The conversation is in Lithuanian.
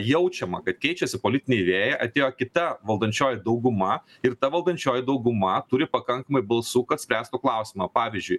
jaučiama kad keičiasi politiniai vėjai atėjo kita valdančioji dauguma ir ta valdančioji dauguma turi pakankamai balsų kad spręstų klausimą pavyzdžiui